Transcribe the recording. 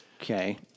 Okay